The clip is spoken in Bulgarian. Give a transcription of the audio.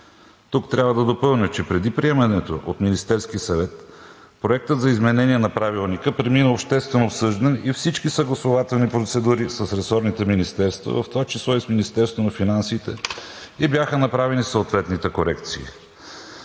Тук трябва да допълня, че преди приемането от Министерския съвет, Проектът за изменение на правилника премина обществено обсъждане и всички съгласувателни процедури с ресорните министерства, в това число и с Министерството на финансите, и бяха направени съответните корекции.